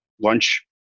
lunch